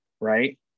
right